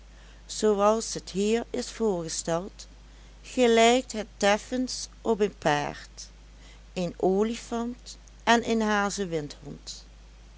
zooals het hier is voorgesteld gelijkt het teffens op een paard een olifant en een hazewindhond